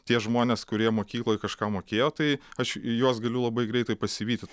tie žmonės kurie mokykloj kažką mokėjo tai aš juos galiu labai greitai pasivyti